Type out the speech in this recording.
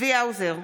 צבי האוזר,